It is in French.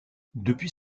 depuis